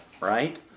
right